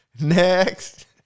Next